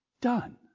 done